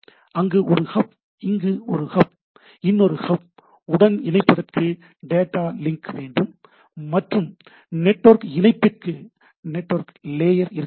அங்கு ஒரு ஹப்இன்னொரு ஹப் உடன் இணைப்பதற்கு டேட்டா லிங்க் வேண்டும் மற்றும் நெட்வொர்க் இணைப்பிற்கு நெட்வொர்க் லேயர் இருக்க வேண்டும்